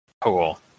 Cool